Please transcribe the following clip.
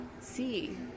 see